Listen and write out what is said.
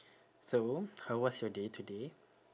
so how was your day today